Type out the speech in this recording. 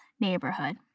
neighborhood